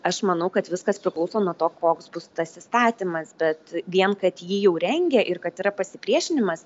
aš manau kad viskas priklauso nuo to koks bus tas įstatymas bet vien kad jį jau rengia ir kad yra pasipriešinimas